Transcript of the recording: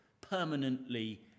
permanently